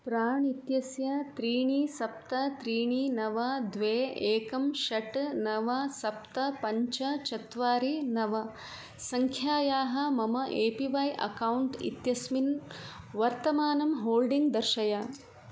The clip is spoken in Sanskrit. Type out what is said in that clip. प्राण् इत्यस्य त्रीणि सप्त त्रीणि नव द्वे एकं षट् नव सप्त पञ्च चत्वारि नव संख्यायाः मम ए पी वै आकौण्ट् इत्यस्मिन् वर्तमानं होल्डिङ्ग् दर्शय